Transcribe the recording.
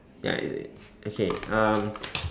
ya it is okay um